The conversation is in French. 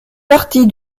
partie